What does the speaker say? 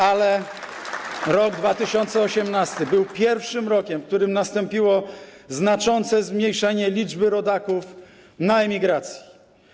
Ale rok 2018 był pierwszym rokiem, w którym nastąpiło znaczące zmniejszenie liczby rodaków na emigracji.